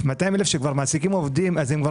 ה-400,000 200,000 שכבר מעסיקים עובדים אז הם כבר